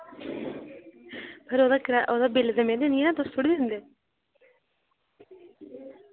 फिर ओह्दा करा ओह्दा बिल ते मैं दिन्नी ना तुस थोह्ड़ी दिंदे